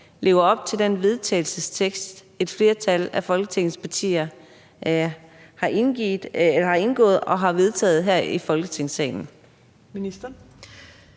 forslag til vedtagelse, som et flertal af Folketingets partier har skrevet og vedtaget her i Folketingssalen?